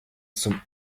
zum